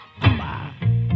bye